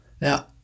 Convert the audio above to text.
Now